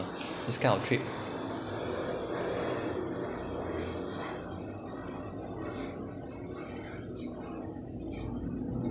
this kind of trip